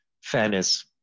fairness